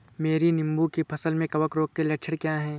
मेरी नींबू की फसल में कवक रोग के लक्षण क्या है?